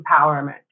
empowerment